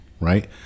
Right